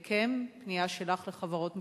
מכם, פנייה שלך לחברות מסחריות.